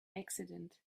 accident